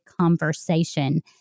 conversation